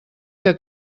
que